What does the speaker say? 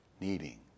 needing